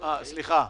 עסאקלה.